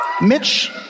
Mitch